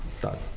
done